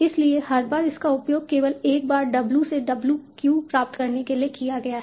इसलिए हर बार इसका उपयोग केवल एक बार W से W q प्राप्त करने के लिए किया गया है